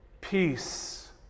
peace